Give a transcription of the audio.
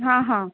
हा हा